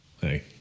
Hey